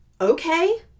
okay